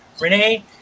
renee